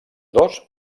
dos